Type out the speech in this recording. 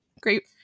great